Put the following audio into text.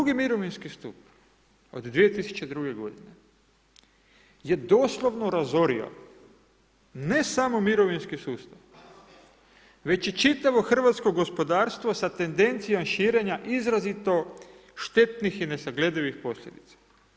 Drugi mirovinski stup od 2002. g. je doslovno razorio ne samo mirovinski sustav, već i čitavo hrvatsko gospodarstvo s tendencijom širenja izrazito štetnih i nesagledivih posljedica.